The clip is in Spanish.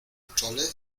chole